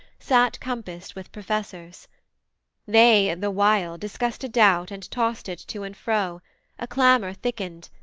sat compassed with professors they, the while, discussed a doubt and tost it to and fro a clamour thickened,